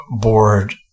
board